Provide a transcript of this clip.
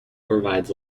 provides